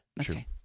Okay